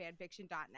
fanfiction.net